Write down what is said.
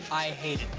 i hate it.